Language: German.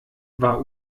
war